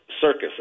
circus